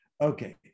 Okay